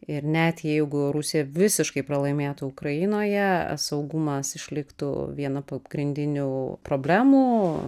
ir net jeigu rusija visiškai pralaimėtų ukrainoje saugumas išliktų viena pagrindinių problemų